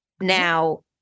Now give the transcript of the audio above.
Now